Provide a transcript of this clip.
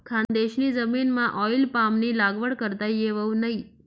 खानदेशनी जमीनमाऑईल पामनी लागवड करता येवावू नै